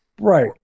Right